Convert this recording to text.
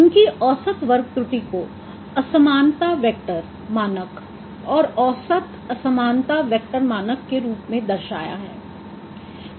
उनकी औसत वर्ग त्रुटी को असमानता वेक्टर मानक औसत असमानता वेक्टर मानक के रूप में दर्शाया है